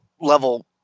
level